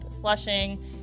flushing